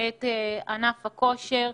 את ענף כושר.